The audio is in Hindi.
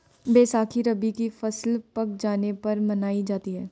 बैसाखी रबी की फ़सल पक जाने पर मनायी जाती है